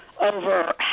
over